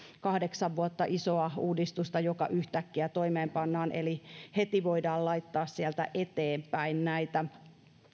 kahdeksaa vuotta isoa uudistusta joka yhtäkkiä toimeenpannaan eli heti voidaan laittaa sieltä eteenpäin näitä